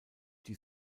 die